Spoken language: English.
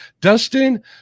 Dustin